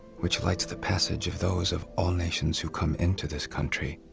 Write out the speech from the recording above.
which lights the passage of those of all nations who come into this country.